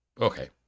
Okay